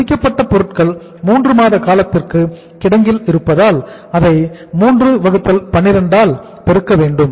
முடிக்கப்பட்ட பொருட்கள் மூன்று மாத காலத்திற்கு கிடங்கில் இருப்பதால் அதை 312 ஆல் பெருக்க வேண்டும்